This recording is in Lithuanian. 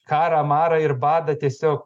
karą marą ir badą tiesiog